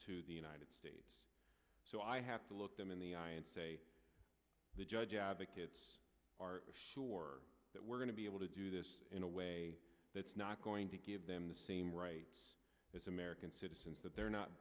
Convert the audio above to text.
to the united states so i have to look them in the eye and say the judge advocates are sure that we're going to be able to do this in a way that's not going to give them the same rights as american citizens that they're not